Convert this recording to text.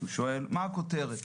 ששואל: מה הכותרת?